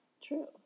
True